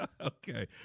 Okay